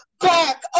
back